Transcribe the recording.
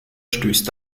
stößt